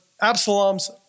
Absalom's